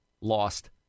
lost